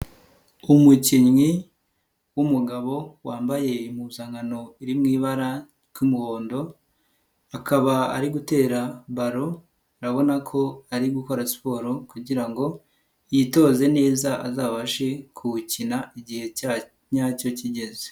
Umukinnyi w'umugabo wambaye impuzankano iri mu ibara ry'umuhondo akaba ari gutera baro urabona ko ari gukora siporo kugira ngo yitoze neza azabashe kuwukina igihe cya nyacyo kigeze.